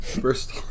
First